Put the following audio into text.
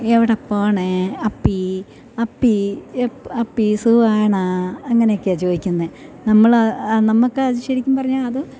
എവിട പോണ് അപ്പീ അപ്പീ അപ്പി സുഗാണാ അങ്ങനെയൊക്കെയാണ് ചോദിക്കുന്നത് നമ്മള് നമുക്ക് അത് ശരിക്കും പറഞ്ഞാല് അത്